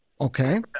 Okay